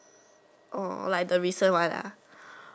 oh like the recent one ah